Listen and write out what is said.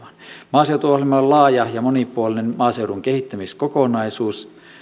maaseutuohjelma on laaja ja monipuolinen maaseudun kehittämiskokonaisuus